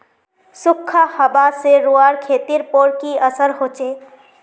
सुखखा हाबा से रूआँर खेतीर पोर की असर होचए?